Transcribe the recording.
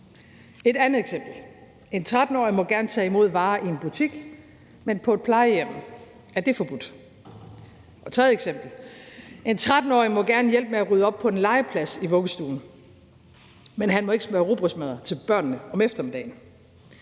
Et andet eksempel er, at en 13-årig gerne må tage imod varer i en butik, men at det er forbudt på et plejehjem. Et tredje eksempel er, at en 13-årig gerne må hjælpe med at rydde op på en legeplads i vuggestuen, men at han ikke må smøre rugbrødsmadder til børnene om eftermiddagen.